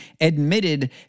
admitted